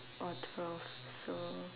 or twelve so